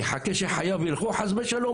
יחכו שחייהם ילכו, חס ושלום?